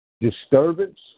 disturbance